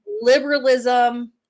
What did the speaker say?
Liberalism